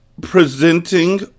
presenting